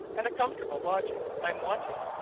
and a comfortable lodging i'm wanting.